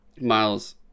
miles